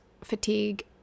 fatigue